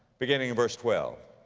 beginning in verse twelve,